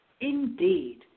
Indeed